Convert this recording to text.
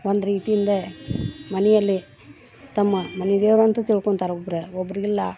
ಒಂದ್ರೀತಿಯಿಂದ ಮನೆಯಲ್ಲಿ ತಮ್ಮ ಮನೆದೇವ್ರಂತ ತಿಳ್ಕೊಂತಾರೆ ಒಬ್ಬರು ಒಬ್ಬರಿಗಿಲ್ಲಾ